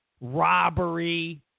Robbery